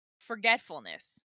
forgetfulness